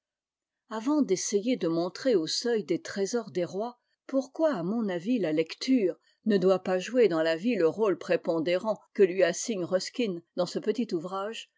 avant d'essayer de montrer'au seuil des trésors des rois pourquoi à mon avis la lecture ne doit pas jouer dans la vie le rôle prépondérant que lui assigne ruskindans ce petit ouvrage